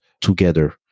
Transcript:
together